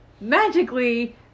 magically